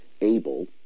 able